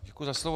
Děkuji za slovo.